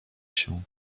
się